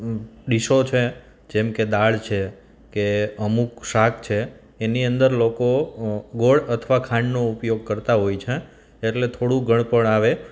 ડિશો છે જેમકે દાળ છે કે અમુક શાક છે એની અંદર લોકો ગોળ અથવા ખાંડનો ઉપયોગ કરતાં હોય છે એટલે થોડું ગળપણ આવે